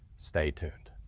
stay tuned.